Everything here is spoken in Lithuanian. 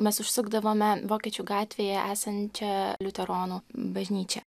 mes užsukdavome vokiečių gatvėje esančią liuteronų bažnyčią